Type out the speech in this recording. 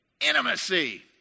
Intimacy